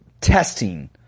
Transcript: testing